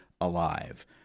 alive